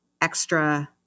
extra